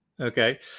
okay